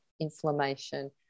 inflammation